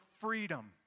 freedom